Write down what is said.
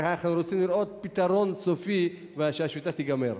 רק אנחנו רוצים לראות פתרון סופי ושהשביתה תיגמר.